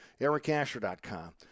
EricAsher.com